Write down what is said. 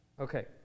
Okay